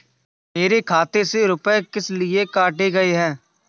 मेरे खाते से रुपय किस लिए काटे गए हैं?